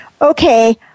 okay